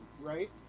right